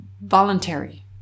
voluntary